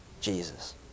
Jesus